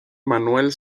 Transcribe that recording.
manuel